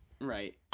Right